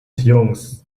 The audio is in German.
jungs